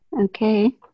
Okay